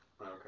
okay